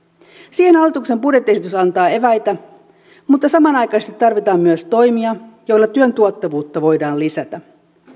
siihen hallituksen budjettiesitys antaa eväitä mutta samanaikaisesti tarvitaan myös toimia joilla työn tuottavuutta voidaan lisätä